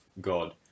God